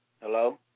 Hello